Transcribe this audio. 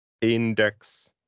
index